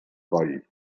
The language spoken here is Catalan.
coll